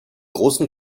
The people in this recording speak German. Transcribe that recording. großen